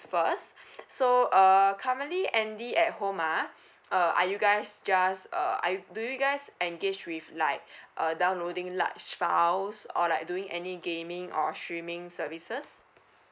first so uh currently andy at home ah uh are you guys just uh are you do you guys engage with like uh downloading large files or like doing any gaming or streaming services